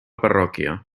parròquia